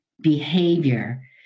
behavior